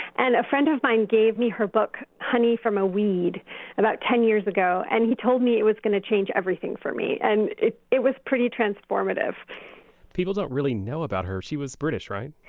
and a friend of mine gave me her book honey from a weed about ten years ago. and he told me it was going to change everything for me. and it it was pretty transformative people don't really know about her. she was british, right?